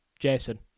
Jason